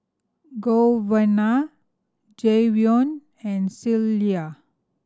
Giovanna Jayvion and Clella